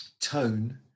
tone